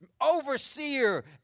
overseer